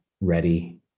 ready